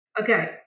Okay